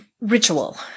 ritual